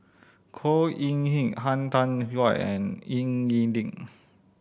Khor Ean Ghee Han Tan Juan and Ying E Ding